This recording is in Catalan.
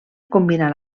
combinà